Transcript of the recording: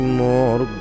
more